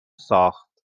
ساخت